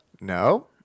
No